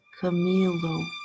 Camilo